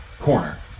corner